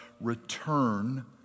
return